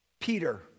Peter